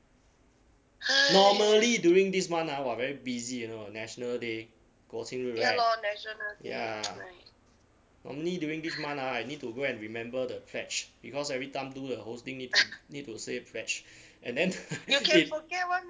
normally during this month ah !wah! very busy you know national day 国庆日 [right] ya normally during this month ah I need to go and remember the pledge because everytime do the hosting need need to say pledge and then it